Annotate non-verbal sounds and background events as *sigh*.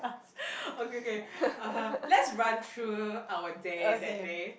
*noise* okay K (uh huh) let's run through our day that day